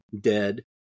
dead